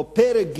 או פרק גיור,